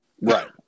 right